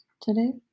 today